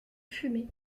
fumée